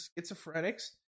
schizophrenics